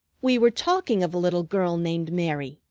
we were talking of a little girl named mary,